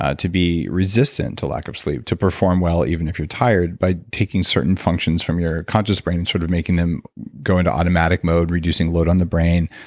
ah to be resistant to lack of sleep, to perform well even if you're tired by taking certain functions from your conscious brain and sort of making them go into automatic mode, reducing load on the brain,